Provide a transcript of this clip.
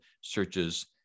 searches